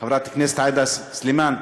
חברת הכנסת עאידה סלימאן,